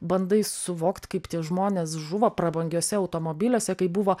bandai suvokt kaip tie žmonės žuvo prabangiuose automobiliuose kaip buvo